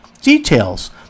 details